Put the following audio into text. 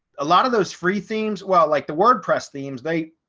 a lot of those free themes, well, like the wordpress themes, they,